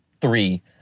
Three